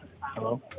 Hello